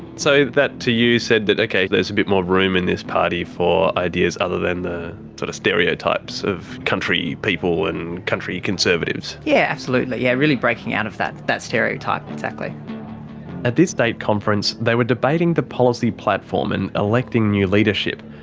so that to you said that okay there's a bit more room in this party for ideas other than the sort of stereotypes of country people and country conservatives. yeah absolutely, yeah. really breaking out of that that stereotype. at this year's state conference, they were debating the policy platform and electing new leadership.